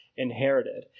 inherited